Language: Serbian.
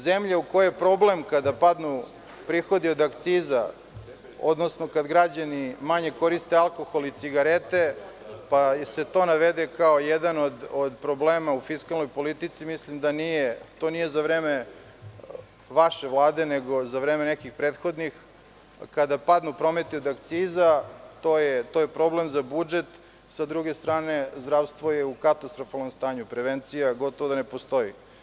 Zemlja u kojoj je problem kada padnu prihodi od akciza, odnosno kada građani manje koriste alkohol i cigarete, pa se to navede kao jedan od problema u fiskalnoj politici, to nije za vreme vaše vlade, nego za vreme nekih prethodnih, kada padne promet od akciza, to je problem za budžet, a sa druge strane, zdravstvo je u katastrofalnom stanju, prevencija gotovo da ne postoji.